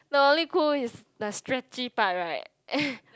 no only cool is the stretchy part right